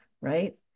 Right